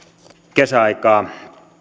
kesäaikaa